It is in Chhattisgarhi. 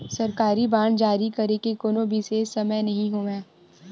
सरकारी बांड जारी करे के कोनो बिसेस समय नइ होवय